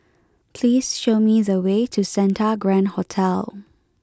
please show me the way to Santa Grand Hotel